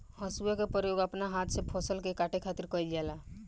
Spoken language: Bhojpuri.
हसुआ के प्रयोग अपना हाथ से फसल के काटे खातिर कईल जाला